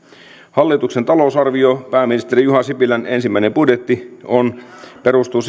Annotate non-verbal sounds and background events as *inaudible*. hallituksen talousarvio pääministeri juha sipilän ensimmäinen budjetti perustuu *unintelligible*